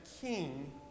king